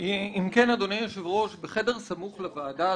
אם כן, אדוני היושב-ראש, אני